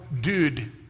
dude